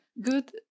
good